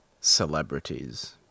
celebrities